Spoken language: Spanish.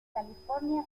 california